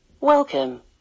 welcome